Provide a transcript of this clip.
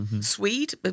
Swede